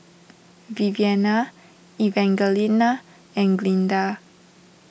Viviana Evangelina and Glinda